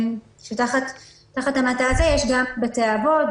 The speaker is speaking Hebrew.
תחת המעטה הזה יש גם בתי אבות,